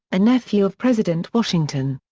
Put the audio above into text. a nephew of president washington.